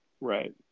right